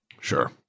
Sure